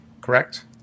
correct